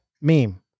meme